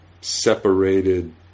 separated